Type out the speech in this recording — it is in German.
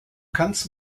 kannst